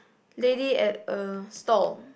lady at a stall